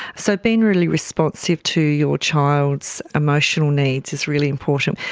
so being really responsive to your child's emotional needs is really important.